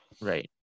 Right